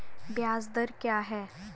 ब्याज दर क्या है?